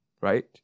right